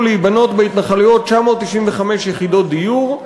להיבנות בהתנחלויות 995 יחידות דיור,